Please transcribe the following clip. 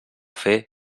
fer